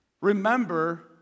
Remember